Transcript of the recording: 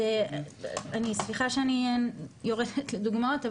סליחה שאני יורדת לדוגמאות,